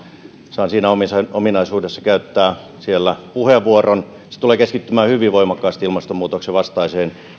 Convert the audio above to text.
saan siinä ominaisuudessa käyttää siellä puheenvuoron se tulee keskittymään hyvin voimakkaasti ilmastonmuutoksen vastaisten